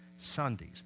Sundays